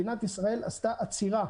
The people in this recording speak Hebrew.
מדינת ישראל עשתה עצירה.